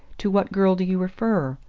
to what girl do you refer?